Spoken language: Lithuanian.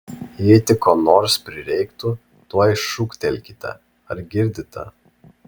jei tik ko nors prireiktų tuoj šūktelkite ar girdite